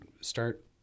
start